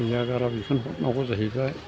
गैया गारा बेखौनो हरनांगौ जाहैबाय